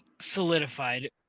solidified